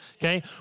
Okay